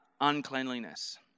uncleanliness